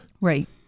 Right